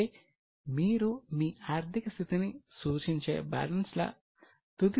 కాబట్టి మీరు మీ ఆర్థిక స్థితిని సూచించే బ్యాలెన్స్ల తుది సారాంశాన్ని తెలుసుకోవాలనుకుంటారు